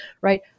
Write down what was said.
right